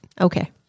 Okay